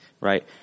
right